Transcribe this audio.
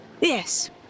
Yes